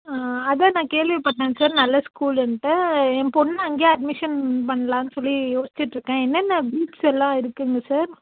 அதுதான் நான் கேள்விப்பட்டேன் சார் நல்ல ஸ்கூலுன்ட்டு என் பொண்ணை அங்கேயே அட்மிஷன் பண்ணலாம்னு சொல்லி யோசிச்சுட்டுருக்கேன் என்னென்ன குரூப்ஸ்ஸெல்லாம் இருக்குதுங்க சார்